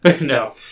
No